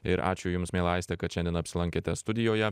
ir ačiū jums miela aiste kad šiandien apsilankėte studijoje